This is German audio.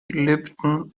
lipton